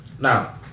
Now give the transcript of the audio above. Now